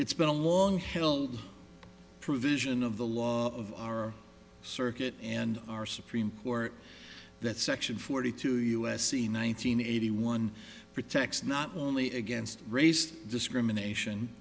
it's been a long held provision of the law of our circuit and our supreme court that section forty two u s c one nine hundred eighty one protects not only against race discrimination